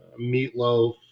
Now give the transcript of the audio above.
meatloaf